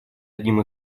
одним